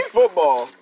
football